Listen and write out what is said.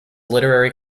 literary